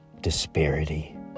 disparity